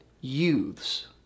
youths